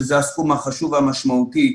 שזה הסכום החשוב והמשמעותי,